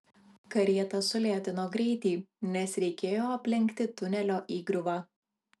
karieta sulėtino greitį nes reikėjo aplenkti tunelio įgriuvą